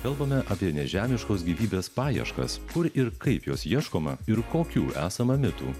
kalbame apie nežemiškos gyvybės paieškas kur ir kaip jos ieškoma ir kokių esama mitų